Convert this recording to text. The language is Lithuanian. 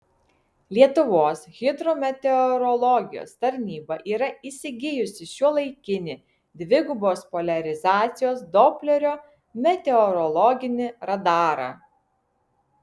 lietuvos hidrometeorologijos tarnyba yra įsigijusi šiuolaikinį dvigubos poliarizacijos doplerio meteorologinį radarą